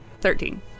Thirteen